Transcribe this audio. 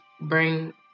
bring